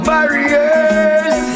Barriers